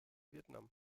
vietnam